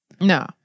No